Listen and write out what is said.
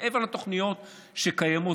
מעבר לתוכניות שקיימות,